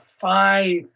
five